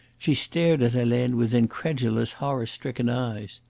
she stared at helene with incredulous, horror-stricken eyes.